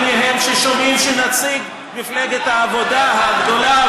אלה מהם ששומעים שנציג מפלגת העבודה הגדולה,